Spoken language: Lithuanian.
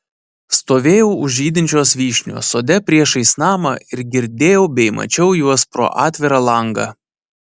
stovėjau už žydinčios vyšnios sode priešais namą ir girdėjau bei mačiau juos pro atvirą langą